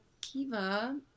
Kiva